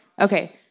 Okay